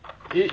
it